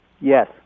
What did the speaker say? Yes